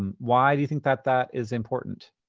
um why do you think that that is important?